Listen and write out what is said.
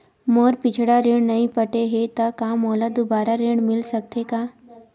मोर पिछला ऋण नइ पटे हे त का मोला दुबारा ऋण मिल सकथे का?